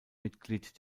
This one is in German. mitglied